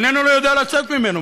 הוא איננו יודע לצאת ממנו,